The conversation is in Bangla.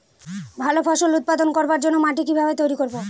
ভালো ফসল উৎপাদন করবার জন্য মাটি কি ভাবে তৈরী করব?